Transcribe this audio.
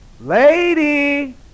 Lady